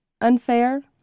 Unfair